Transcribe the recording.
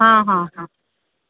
ହଁ ହଁ ହଁ